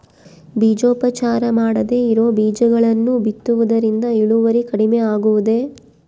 ಬೇಜೋಪಚಾರ ಮಾಡದೇ ಇರೋ ಬೇಜಗಳನ್ನು ಬಿತ್ತುವುದರಿಂದ ಇಳುವರಿ ಕಡಿಮೆ ಆಗುವುದೇ?